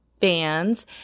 fans